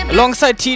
Alongside